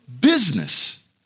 business